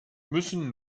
müssen